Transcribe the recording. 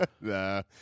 Nah